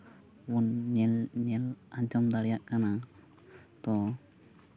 ᱵᱚᱱ ᱧᱮᱞ ᱧᱮᱞ ᱟᱸᱡᱚᱢ ᱫᱟᱲᱮᱭᱟᱜ ᱠᱟᱱᱟ ᱛᱚ